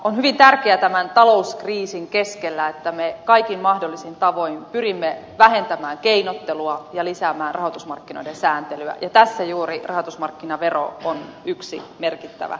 on hyvin tärkeää tämän talouskriisin keskellä että me kaikin mahdollisin tavoin pyrimme vähentämään keinottelua ja lisäämään rahoitusmarkkinoiden sääntelyä ja tässä juuri rahoitusmarkkinavero on yksi merkittävä tekijä